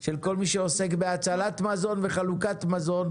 של כל מי שעוסק בהצלת מזון וחלוקת מזון,